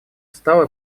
встал